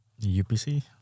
UPC